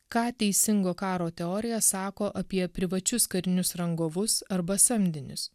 ką teisingo karo teorija sako apie privačius karinius rangovus arba samdinius